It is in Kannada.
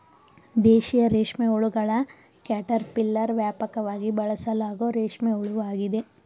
ದೇಶೀಯ ರೇಷ್ಮೆಹುಳುಗಳ ಕ್ಯಾಟರ್ಪಿಲ್ಲರ್ ವ್ಯಾಪಕವಾಗಿ ಬಳಸಲಾಗೋ ರೇಷ್ಮೆ ಹುಳುವಾಗಿದೆ